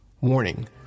Warning